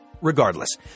Regardless